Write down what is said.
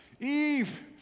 Eve